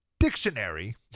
Dictionary